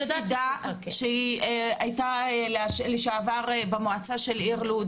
פידא, שהייתה לשעבר במועצה של העיר לוד.